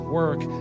work